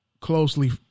closely